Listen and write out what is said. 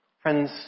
friends